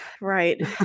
right